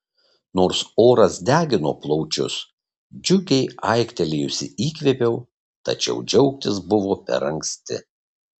nors oras degino plaučius džiugiai aiktelėjusi įkvėpiau tačiau džiaugtis buvo per anksti